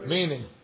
Meaning